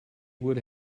would